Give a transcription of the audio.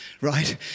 Right